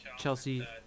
Chelsea